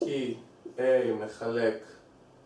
כי A מחלק